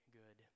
good